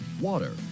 water